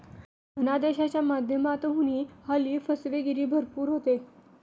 धनादेशाच्या माध्यमातूनही हल्ली फसवेगिरी भरपूर होते